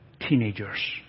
teenagers